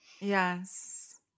yes